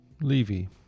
Levy